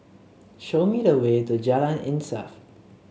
show me the way to Jalan Insaf